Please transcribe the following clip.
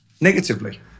negatively